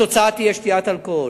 התוצאה תהיה שתיית אלכוהול.